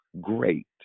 great